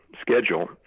schedule